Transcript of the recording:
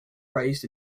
raised